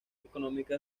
económica